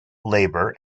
labour